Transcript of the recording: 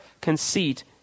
conceit